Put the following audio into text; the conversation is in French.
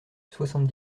soixante